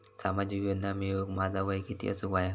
सामाजिक योजना मिळवूक माझा वय किती असूक व्हया?